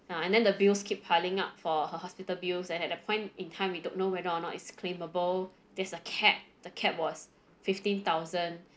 ah and then the bills keep piling up for her hospital bills and at that point in time we don't know whether or not it's claimable there's a cap the cap was fifteen thousand